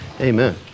amen